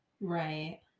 Right